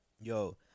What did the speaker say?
Yo